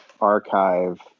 archive